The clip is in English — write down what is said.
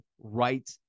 right